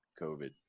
COVID